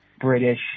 British